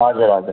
हजुर हजुर